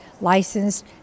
licensed